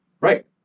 Right